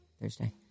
Thursday